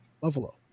Buffalo